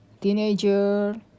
teenager